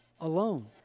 Alone